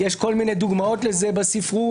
יש כל מיני דוגמאות לזה בספרות,